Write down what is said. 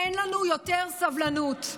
אין לנו יותר סבלנות.